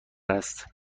است